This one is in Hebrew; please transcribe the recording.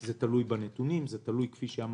זה תלוי בנתונים, וזה תלוי, כפי שאמרתי,